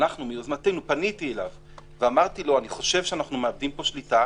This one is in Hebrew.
מיוזמתנו פניתי אליו ואמרתי לו: אני חושב שאנחנו מאבדים פה שליטה,